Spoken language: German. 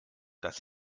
dass